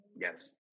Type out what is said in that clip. Yes